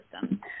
system